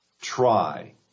try